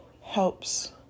helps